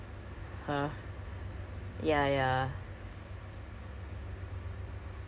then my boss call me can you imagine your boss keep calling you like